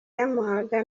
yamuhaga